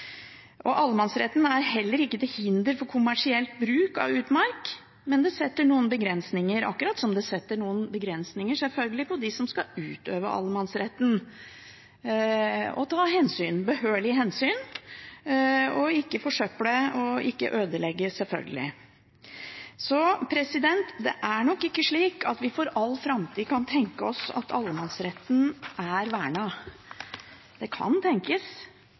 Allemannsretten er heller ikke til hinder for kommersiell bruk av utmark, men den setter noen begrensninger, akkurat som den setter noen begrensninger på dem som skal utøve allemannsretten, om å ta behørige hensyn, ikke forsøple og ikke ødelegge – selvfølgelig. Det er nok ikke slik at vi for all framtid kan tenke oss at allemannsretten er vernet. Det kan tenkes